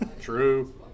true